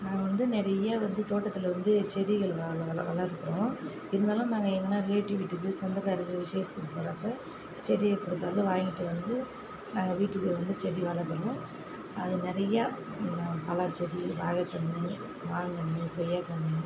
நாங்கள் வந்து நிறைய வந்து தோட்டத்தில் வந்து செடிகள் நாங்கள் வள வளர்க்கிறோம் இருந்தாலும் நாங்கள் எங்கேனா ரிலேட்டிவ் வீட்டுக்கு சொந்தகாரரு விசேஷத்துக்கு போகிறப்ப செடி எப்போ பார்த்தாலும் வாங்கிட்டு வந்து நாங்கள் வீட்டுக்குள்ளே வந்து செடி வளர்க்கிறோம் அது நிறையா பலாச்செடி வாழைக்கன்று மாங்கன்று கொய்யாக்கன்று